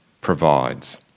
provides